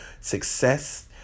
Success